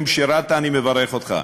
אם שירתָּ, אני מברך אותך.